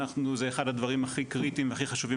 זה אחד הדברים הכי קריטיים והכי חשובים